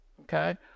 okay